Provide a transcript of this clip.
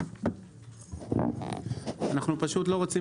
אנחנו חושבים,